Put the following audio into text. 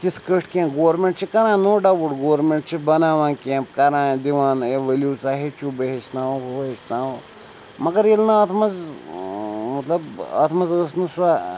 تِتھ کٲٹھۍ کینٛہہ گورمٮ۪نٛٹ چھِ کَران نو ڈاوُٹ گورمٮ۪نٛٹ چھِ بَناوان کٮ۪مپ کَران دِوان اے ؤلِو سا ہیٚچھُو بہٕ ہیٚچھناوَو ہُہ ہیٚچھناوَو مگر ییٚلہِ نہٕ اَتھ منٛز مطلب اَتھ منٛز ٲس نہٕ سۄ